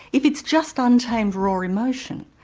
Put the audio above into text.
if it's just untamed, raw emotion,